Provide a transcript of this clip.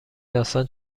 داستان